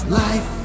life